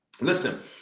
Listen